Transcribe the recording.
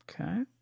Okay